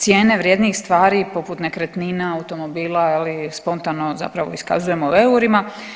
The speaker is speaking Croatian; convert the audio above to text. Cijene vrijednijih stvari poput nekretnina, automobila je li spontano zapravo iskazujemo u eurima.